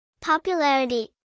Popularity